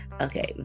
Okay